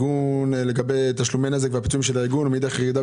יש תשלומי נזק ופיצויים שלה ארגון ומאידך ירידה